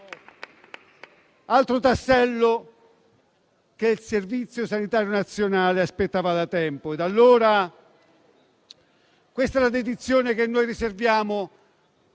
altro tassello che il Servizio sanitario nazionale aspettava da tempo. Questa è la dedizione che riserviamo